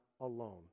alone